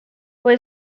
fue